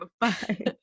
Bye